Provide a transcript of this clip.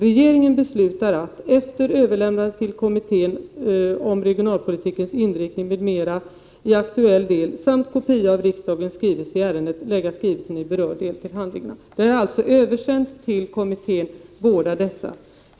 Regeringen beslutar att efter överlämnandet till kommittén om regionalpolitikens inriktning m.m. i aktuell del samt kopia av riksdagens skrivelse i ärendet lägga skrivelsen i berörd del till handlingarna.” Vi har alltså översänt båda dessa till kommittén.